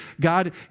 God